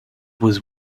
was